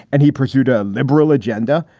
and he pursued a liberal agenda.